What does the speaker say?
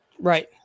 Right